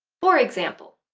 for example